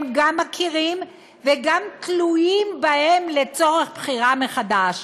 הם גם מכירים, וגם תלויים בהם לצורך בחירה מחדש.